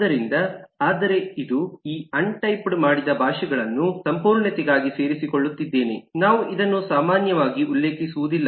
ಆದ್ದರಿಂದ ಆದರೆ ಇದು ಈ ಅನ್ ಟೈಪ್ ಮಾಡಿದ ಭಾಷೆಗಳನ್ನು ಸಂಪೂರ್ಣತೆಗಾಗಿ ಸೇರಿಸಿಕೊಳ್ಳುತ್ತಿದ್ದೇನೆ ನಾವು ಇದನ್ನು ಸಾಮಾನ್ಯವಾಗಿ ಉಲ್ಲೇಖಿಸುವುದಿಲ್ಲ